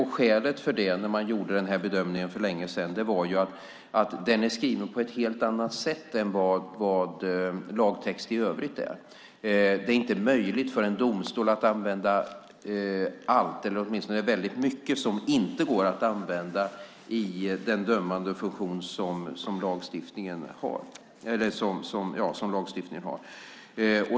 När man gjorde den här bedömningen för länge sedan var skälet att den är skriven på ett helt annat sätt än vad lagtext i övrigt är. Det är inte möjligt för en domstol att använda allt - det är åtminstone väldigt mycket som inte går att använda - i den dömande funktion som lagstiftningen har.